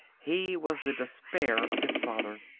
he was the despair of his father.